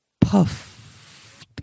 puff